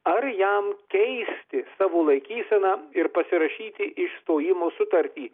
ar jam keisti savo laikyseną ir pasirašyti išstojimo sutartį